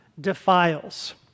defiles